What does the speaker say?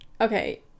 okay